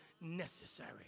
necessary